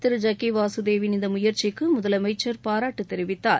திரு ஐக்கி வாசுதேவின் இந்த முயற்சிக்கு முதலமைச்சர் பாராட்டு தெரிவித்தார்